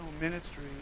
ministry